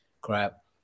crap